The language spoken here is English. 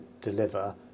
deliver